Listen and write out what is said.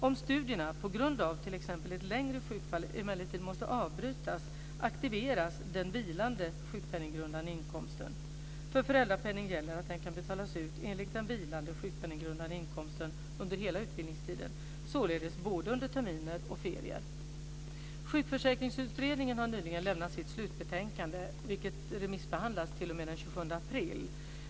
Om studierna på grund av t.ex. ett längre sjukfall emellertid måste avbrytas aktiveras den "vilande" sjukpenninggrundande inkomsten. För föräldrapenning gäller att den kan betalas ut enligt den vilande sjukpenninggrundande inkomsten under hela utbildningstiden, således både under terminer och ferier. Sjukförsäkringsutredningen har nyligen lämnat sitt slutbetänkande, vilket remissbehandlas t.o.m. den 27 april.